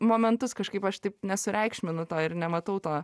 momentus kažkaip aš taip nesureikšminu to ir nematau to